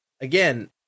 again